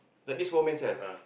but these four men sell